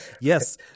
Yes